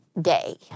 day